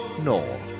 North